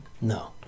No